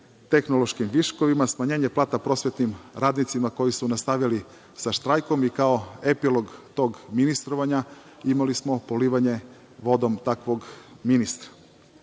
tehnološkim viškovima, smanjenje plata prosvetnim radnicima koji su nastavili sa štrajkom. Kao epilog tog ministrovanja imali smo polivanje vodom takvog ministra. Naravno